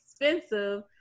expensive